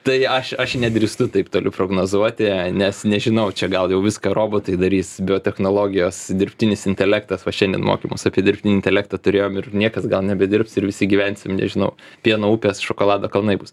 tai aš aš nedrįstu taip toli prognozuoti nes nežinau čia gal jau viską robotai darys biotechnologijos dirbtinis intelektas va šiandien mokymus apie dirbtinį intelektą turėjom ir niekas gal nebedirbs ir visi gyvensim nežinau pieno upės šokolado kalnai bus